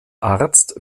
arzt